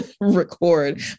record